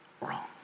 wrong